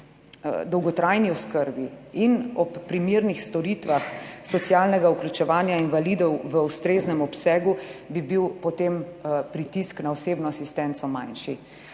dolgotrajni oskrbi in ob primernih storitvah socialnega vključevanja invalidov v ustreznem obsegu bi bil, potem pritisk na osebno asistenco manjši.